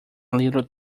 little